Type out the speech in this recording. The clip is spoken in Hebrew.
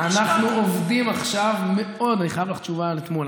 אני חייב לך תשובה על אתמול.